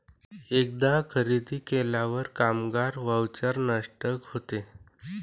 एकदा खरेदी केल्यावर कामगार व्हाउचर नष्ट होते